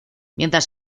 mientras